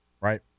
right